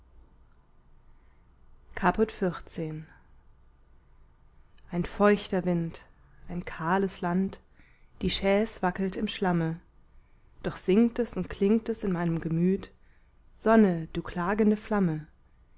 caput xiv ein feuchter wind ein kahles land die chaise wackelt im schlamme doch singt es und klingt es in meinem gemüt sonne du klagende flamme